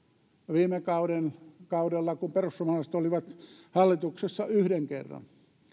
viime kaudella kun perussuomalaiset olivat hallituksessa yhden kerran